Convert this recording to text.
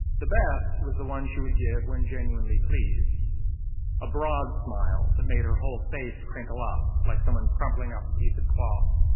the best was the one she would give when genuinely pleased a broad smile that made her whole face crinkle up like someone crumpling up a piece of cloth.